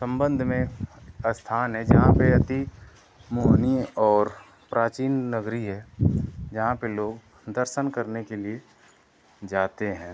सम्बन्ध में स्थान है जहाँ पर अति मोहनीय और प्राचीन नगरी है जहाँ पर लोग दर्शन करने के लिए जाते हैं